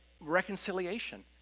reconciliation